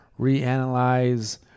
reanalyze